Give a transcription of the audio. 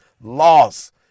loss